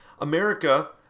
America